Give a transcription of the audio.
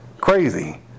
crazy